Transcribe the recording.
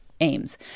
aims